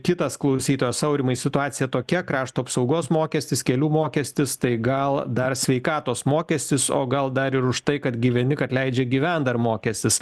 kitas klausytojas aurimai situacija tokia krašto apsaugos mokestis kelių mokestis tai gal dar sveikatos mokestis o gal dar ir už tai kad gyveni kad leidžia gyvent dar mokestis